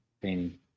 painting